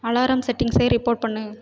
alarm செட்டிங்ஸை report பண்ணு